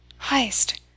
Heist